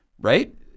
right